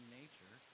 nature